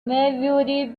maybury